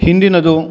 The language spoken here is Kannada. ಹಿಂದಿನದು